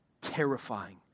terrifying